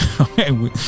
Okay